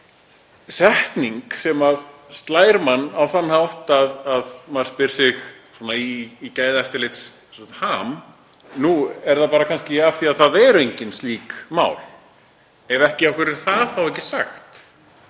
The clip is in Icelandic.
er setning sem slær mann á þann hátt að maður spyr sig svona í gæðaeftirlitsham: Nú, er það kannski af því að það eru engin slík mál? Ef ekki, af hverju er það þá ekki sagt?